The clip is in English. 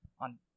on